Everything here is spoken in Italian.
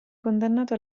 condannato